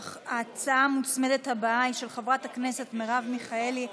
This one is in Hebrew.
ההצעה המוצמדת הבאה היא של חברת הכנסת מרב מיכאלי,